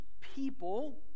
people